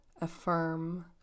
affirm